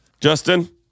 Justin